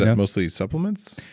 yeah mostly supplements?